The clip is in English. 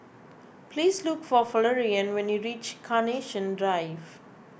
please look for Florian when you reach Carnation Drive